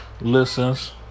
listens